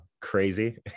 crazy